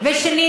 שנית,